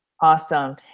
Awesome